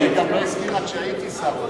היא גם לא הסכימה כשהייתי שר האוצר,